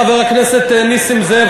חבר הכנסת נסים זאב,